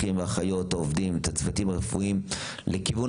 - אחים ואחיות וצוותים רפואיים -לכיוון